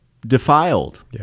defiled